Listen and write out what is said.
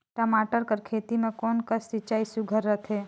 टमाटर कर खेती म कोन कस सिंचाई सुघ्घर रथे?